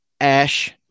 Ash